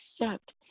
accept